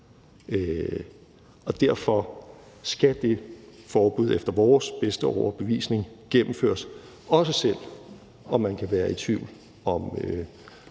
Derfor skal det forbud efter vores bedste overbevisning gennemføres, også selv om man kan være i tvivl om